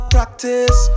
Practice